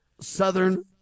southern